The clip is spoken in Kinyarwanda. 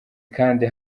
kandi